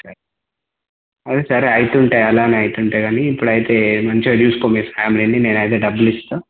సరే అదే సరే అవుతుంటాయి అలానే అవుతుంటాయి కానీ ఇప్పుడైతే మంచిగా చూసుకో మీ ఫ్యామిలీని నేనైతే డబ్బులు ఇస్తాను